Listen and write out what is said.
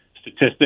statistic